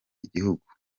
igihugu